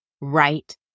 right